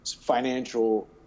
financial